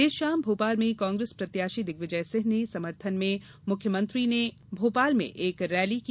देर शाम भोपाल में कांग्रेस प्रत्याशी दिग्विजय सिंह के समर्थन में मुख्यमंत्री ने भोपाल में एक रैली की